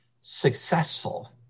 successful